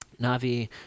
Navi